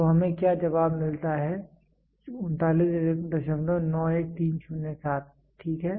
तो हमें क्या जवाब मिलता है 3991307 ठीक है